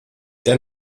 der